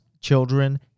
children